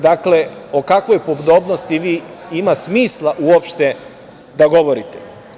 Dakle, o kakvoj podobnosti ima smisla uopšte da govorite.